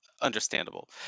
Understandable